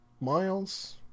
Miles